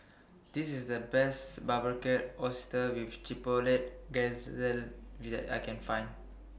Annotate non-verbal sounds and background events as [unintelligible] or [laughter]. This IS The Best Barbecued Oysters with Chipotle Glaze that [unintelligible] I Can Find